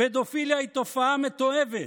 פדופיליה היא תופעה מתועבת.